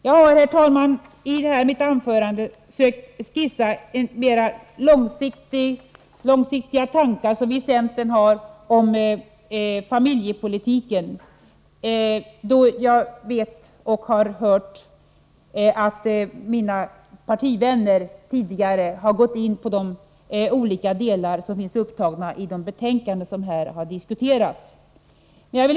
Jag har, herr talman, i mitt anförande sökt skissera mera långsiktiga tankar som vi i centern har om familjepolitiken, eftersom jag vet att mina partivänner tidigare har gått in på de olika delar som finns upptagna i de betänkanden som här har diskuterats.